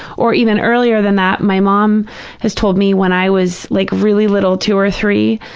or even earlier than that, my mom has told me when i was like really little, two or three,